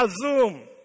assume